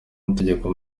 amategeko